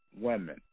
women